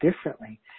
differently